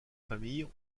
familles